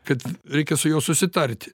kad reikia su juo susitarti